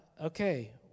okay